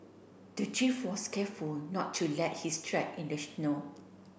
the thief was careful not to let his track in the snow